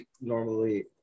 normally